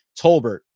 Tolbert